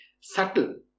subtle